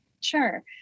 Sure